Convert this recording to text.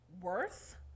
worth